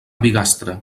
bigastre